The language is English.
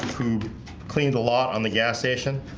who cleans a lot on the gas station?